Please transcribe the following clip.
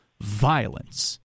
violence